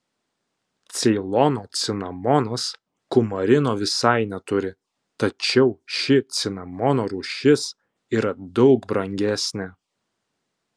ceilono cinamonas kumarino visai neturi tačiau ši cinamono rūšis yra daug brangesnė